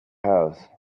house